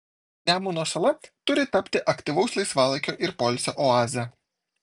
nemuno sala turi tapti aktyvaus laisvalaikio ir poilsio oaze